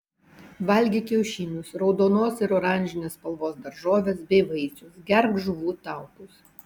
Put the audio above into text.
valgyk kiaušinius raudonos ir oranžinės spalvos daržoves bei vaisius gerk žuvų taukus